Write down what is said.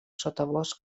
sotabosc